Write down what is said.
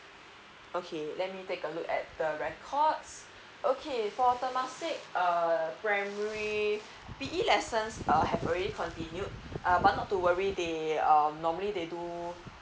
okay let me take a look at the records okay for temasek uh primary pe lesson uh have already continued uh but not to worry they um normally they do